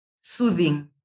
soothing